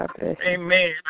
Amen